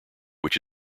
which